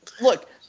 Look